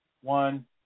one